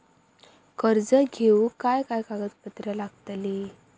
कर्ज घेऊक काय काय कागदपत्र लागतली?